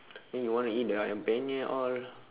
then you want to eat the ayam-penyet all